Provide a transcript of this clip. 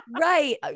Right